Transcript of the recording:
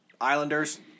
Islanders